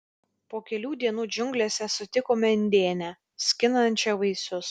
po kelių dienų džiunglėse sutikome indėnę skinančią vaisius